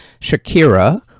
Shakira